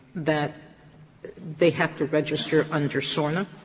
that they have to register under sorna?